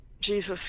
Jesus